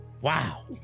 Wow